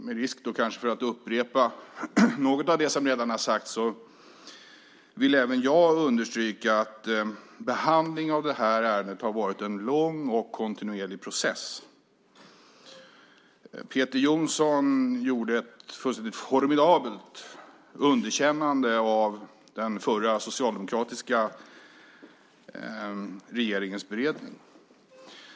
Med risk för att upprepa något av det som redan har sagts vill även jag understryka att behandlingen av det här ärendet har varit en lång och kontinuerlig process. Peter Jonsson gav ett fullständigt formidabelt underkännande av den förra socialdemokratiska regeringens beredning.